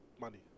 money